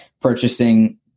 purchasing